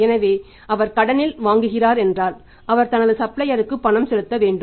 எனவே அவர் கடனில் வாங்குகிறார் என்றால் அவர் தனது சப்ளையர்களுக்கு பணம் செலுத்த வேண்டும்